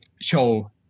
show